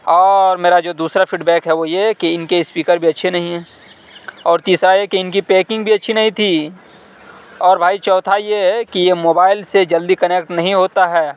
اور میرا جو دوسرا فیڈ بیک ہے وہ یہ کہ ان کے اسپیکر بھی اچھے نہیں ہیں اور تیسرا یہ کہ ان کی پیکنگ بھی اچھی نہیں تھی اور بھائی چوتھا یہ ہے کہ یہ موبائل سے جلدی کنیکٹ نہیں ہوتا ہے